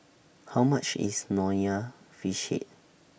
How much IS Nonya Fish Head